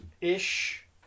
ish